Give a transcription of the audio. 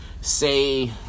say